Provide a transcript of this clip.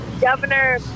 governor